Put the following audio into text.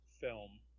film